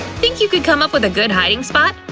think you could come up with a good hiding spot?